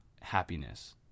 happiness